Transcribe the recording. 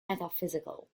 metaphysical